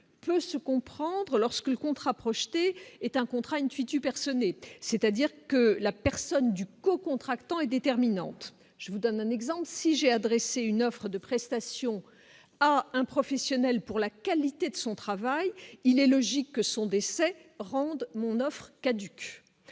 peut se comprendre lorsque le contrat projeté est un contrat, une suite eu personne et c'est-à-dire que la personne du co-contractants est déterminante, je vous donne un exemple : si j'ai adressé une offre de prestations à un professionnel pour la qualité de son travail, il est logique que son décès rende mon offre caduque,